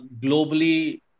globally